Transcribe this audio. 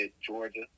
Georgia